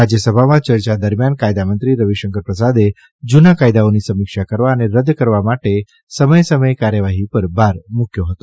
રાજયસભામાં ચર્ચા દરમિયાન કાયદામંત્રી રવિશંકર પ્રસાદે જૂના કાયદાઓની સમીક્ષા કરવા અને રદ કરવા માટે સમયે સમયે કાર્યવાહી પર ભાર મૂક્યો હતો